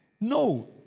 No